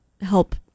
help